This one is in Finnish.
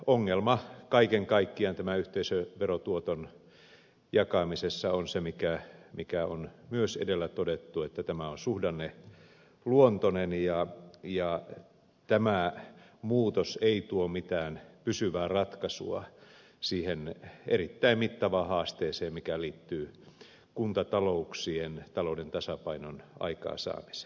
ongelma kaiken kaikkiaan tämän yhteisöverotuoton jakamisessa on se mikä on myös edellä todettu nimittäin että tämä on suhdanneluontoinen ja tämä muutos ei tuo mitään pysyvää ratkaisua siihen erittäin mittavaan haasteeseen mikä liittyy kuntatalouksien tasapainon aikaansaamiseen